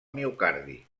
miocardi